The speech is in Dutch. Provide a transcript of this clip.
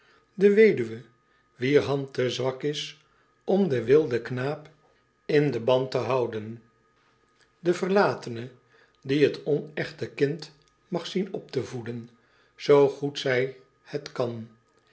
de weduwe wier hand te zwak is om den wilden knaap in den band te houden de verlatene die t onechte kind mag zien op te voeden zoo goed zij het kan